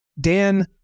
Dan